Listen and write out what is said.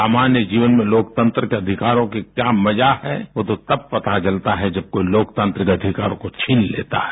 सामान्य जीवन में लोकतंत्र के अधिकारों का क्या मजा है यो तो जब पता चलता है जब कोई लोकतंत्र के अधिकारों को छीन लेता है